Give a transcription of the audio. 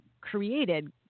created